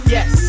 Yes